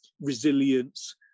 resilience